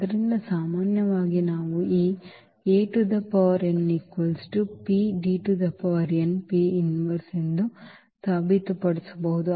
ಆದ್ದರಿಂದ ಸಾಮಾನ್ಯವಾಗಿ ನಾವು ಈ ಎಂದು ಸಾಬೀತುಪಡಿಸಬಹುದು